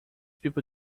people